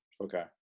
Okay